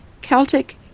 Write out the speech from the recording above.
Celtic